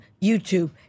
YouTube